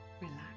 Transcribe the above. relax